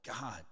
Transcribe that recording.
God